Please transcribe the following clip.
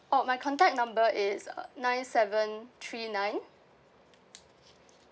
orh my contact number is nine seven three nine